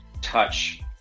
touch